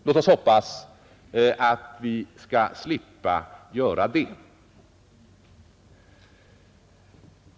Låt oss hoppas att vi skall slippa göra det.